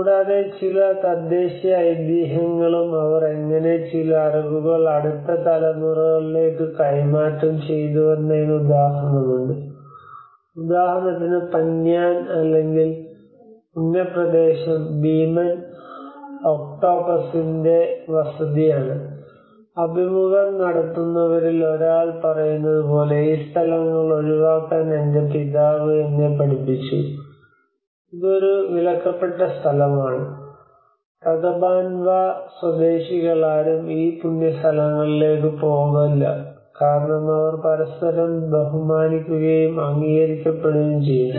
കൂടാതെ ചില തദ്ദേശീയ ഐതീഹ്യങ്ങളും അവർ എങ്ങനെ ചില അറിവുകൾ അടുത്ത തലമുറകളിലേക്ക് കൈമാറ്റം ചെയ്തുവെന്നതിന് ഉദാഹരണമുണ്ട് ഉദാഹരണത്തിന് പന്യാൻ സ്വദേശികളാരും ഈ പുണ്യ സ്ഥലങ്ങളിലേക്ക് പോകില്ല കാരണം അവർ പരസ്പരം ബഹുമാനിക്കുകയും അംഗീകരിക്കുകയും ചെയ്യുന്നു